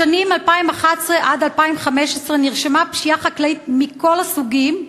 בשנים 2011 עד 2015 נרשמה פשיעה חקלאית מכל הסוגים,